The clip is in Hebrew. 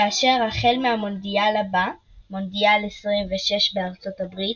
כאשר החל מהמונדיאל הבא מונדיאל 2026 בארצות הברית,